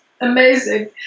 amazing